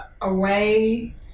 away